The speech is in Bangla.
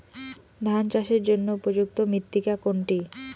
ধান চাষের জন্য উপযুক্ত মৃত্তিকা কোনটি?